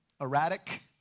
Erratic